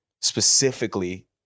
specifically